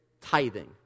tithing